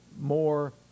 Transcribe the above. more